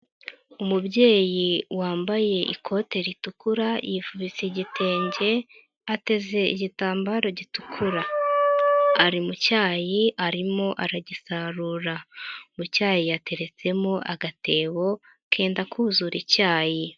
Umubyeyi wambaye ikote ritukura yifubise igitenge ateze igitambaro gitukura ari mu cyayi arimo aragisarura, mu cyayi yateretsemo agatebo kenda kuzura icyayi.